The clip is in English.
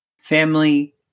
Family